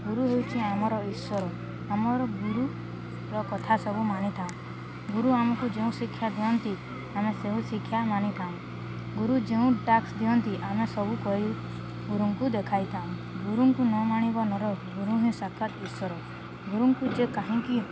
ଗୁରୁ ହେଉଛି ଆମର ଈଶ୍ୱର ଆମର ଗୁରୁର କଥା ସବୁ ମାନିଥାଉ ଗୁରୁ ଆମକୁ ଯେଉଁ ଶିକ୍ଷା ଦିଅନ୍ତି ଆମେ ସେଇ ଶିକ୍ଷା ମାନିଥାଉ ଗୁରୁ ଯେଉଁ ଟାସ୍କ ଦିଅନ୍ତି ଆମେ ସବୁ କହି ଗୁରୁଙ୍କୁ ଦେଖାଇଥାଉ ଗୁରୁଙ୍କୁ ନ ମଣିବ ନର ଗୁରୁ ହିଁ ସାଖାତ ଈଶ୍ଵର ଗୁରୁଙ୍କୁ ଯେ କାହିଁକି